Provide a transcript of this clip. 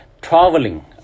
Traveling